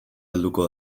helduko